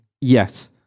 Yes